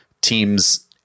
team's